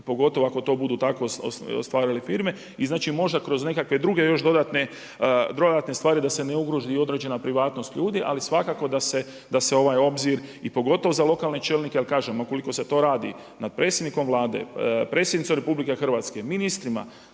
pogotovo ako to budu tako ostvarile firme. I znači možda kroz nekakve druge još dodatne stvari da se ne ugrozi i određena privatnost ljudi ali svakako da ovaj obzir i pogotovo za lokalne čelnike, ali kažem ukoliko se to radi nad predsjednikom Vlade, predsjednicom RH, ministrima,